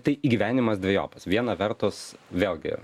tai įgyvenimas dvejopas viena vertus vėlgi